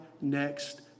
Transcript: next